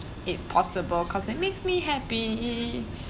is possible cause it makes me happy